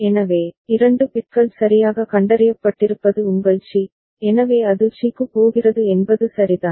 எனவே 2 பிட்கள் சரியாக கண்டறியப்பட்டிருப்பது உங்கள் சி எனவே அது சி க்கு போகிறது என்பது சரிதான்